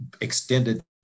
extended